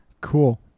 Cool